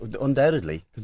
undoubtedly